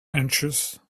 anxious